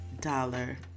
dollar